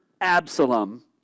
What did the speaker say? Absalom